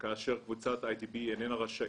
כאשר קבוצת אי די בי איננה רשאית